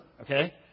Okay